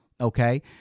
Okay